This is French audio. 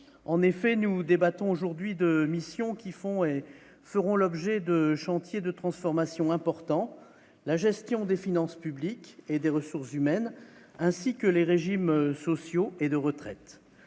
en effet, nous débattons aujourd'hui de mission qui font et feront l'objet de chantier de transformation important: la gestion des finances publiques et des ressources humaines, ainsi que les régimes sociaux et de retraite,